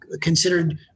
considered